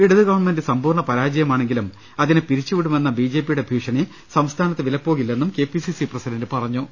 ഇടതുഗവൺമെന്റ് സമ്പൂർണ്ണ പരാജയമാണെങ്കിലും അതിനെ പിരിച്ചുവിടുമെന്ന ബി ജെ പിയുടെ ഭീഷണി സംസ്ഥാനത്ത് വിലപ്പോകില്ലെന്ന് K P C C president പറഞ്ഞു